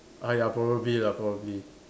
ah ya probably lah probably